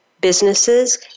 businesses